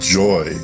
joy